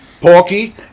Porky